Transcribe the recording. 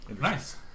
Nice